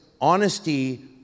honesty